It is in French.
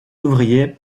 ouvriers